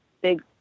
Big